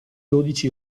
dodici